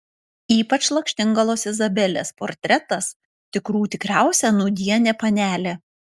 ypač lakštingalos izabelės portretas tikrų tikriausia nūdienė panelė